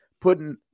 putting